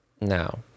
Now